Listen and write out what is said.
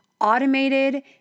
automated